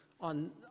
on